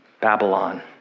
Babylon